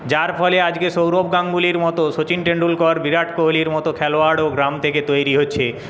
যার ফলে আজকে সৌরভ গাঙ্গুলীর মতো শচীন তেন্ডুলকর বিরাট কোহলির মতো খেলোয়াড়ও গ্রাম থেকে তৈরি হচ্ছে